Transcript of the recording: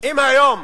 אם היום